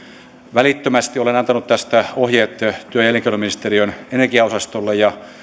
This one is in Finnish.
välittömästi olen antanut tästä ohjeet työ työ ja elinkeinoministeriön energiaosastolle ja